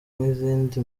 nk’izindi